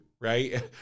right